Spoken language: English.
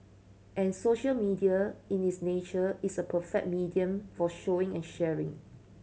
and social media in its nature is a perfect medium for showing and sharing